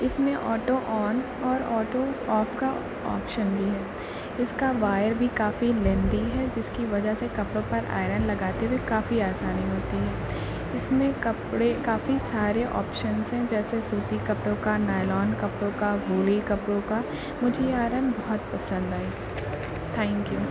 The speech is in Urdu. اس میں آٹو آن اور آٹو آف کا آپشن بھی ہے اس کا وائر بھی کافی لیندی ہے جس کی وجہ سے کپڑوں پر آئرن لگاتے ہوئے کافی آسانی ہوتی ہے اس میں کپڑے کافی سارے آپشنز ہیں جیسے سوتی کپڑوں کا نائلون کپڑوں کا اونی کپڑوں کا مجھے یہ آئرن بہت پسند آئی تھینک یو